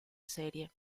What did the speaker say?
serie